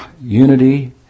unity